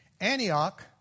Antioch